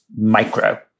micro